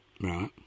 Right